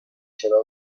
چراغ